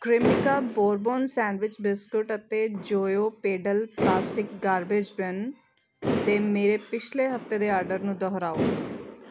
Cremica bourbon sandwich biscuit ਅਤੇ Joyo pedal plastic garbage bin ਦੇ ਮੇਰੇ ਪਿਛਲੇ ਹਫਤੇ ਦੇ ਆਰਡਰ ਨੂੰ ਦੁਹਰਾਓ